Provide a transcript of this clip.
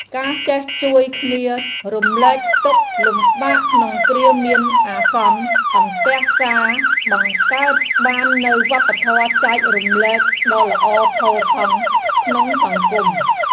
ការចេះជួយគ្នារំលែកទុក្ខលំបាកក្នុងគ្រាមានអាសន្នអន្ទះសារបង្កើតបាននូវវប្បធម៌ចែករំលែកដ៏ល្អផូរផង់ក្នុងសង្គម។